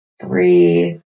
Three